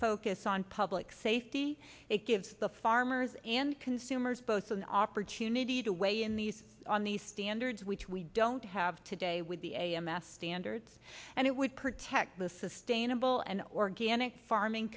focus on public safety it gives the farmers and consumers both an opportunity to weigh in these on these standards which we don't have today with the a m s standards and it would protect the sustainable and organic farming